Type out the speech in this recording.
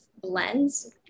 blends